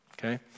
Okay